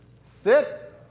sit